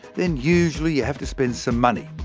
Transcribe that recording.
then usually you have to spend some money.